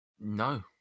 no